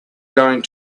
going